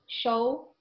show